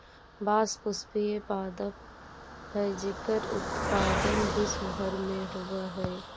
बाँस पुष्पीय पादप हइ जेकर उत्पादन विश्व भर में होवऽ हइ